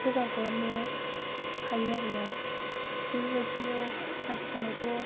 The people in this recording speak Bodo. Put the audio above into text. मोजां खालामनो हायो आरो ना बेफोरबायदिनो आथिखालावथ'